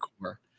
core